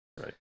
Right